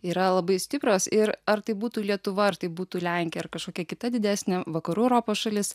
yra labai stiprios ir ar tai būtų lietuva ar tai būtų lenkia ar kažkokia kita didesnė vakarų europos šalis